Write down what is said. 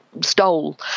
stole